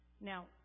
Now